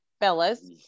Fellas